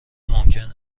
ممکن